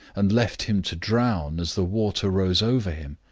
and left him to drown as the water rose over him?